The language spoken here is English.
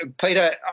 Peter